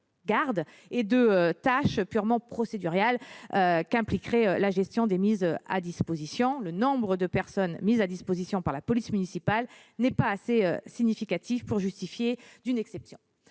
et de tâches purement procédurales qu'impliquerait la gestion des mises à disposition. Le nombre de personnes mises à disposition par la police municipale n'est pas assez significatif pour justifier une exception.